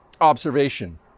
Observation